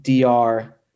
DR